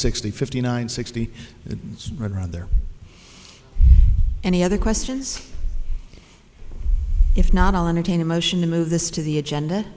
sixty fifty nine sixty s are there any other questions if not all entertain a motion to move this to the agenda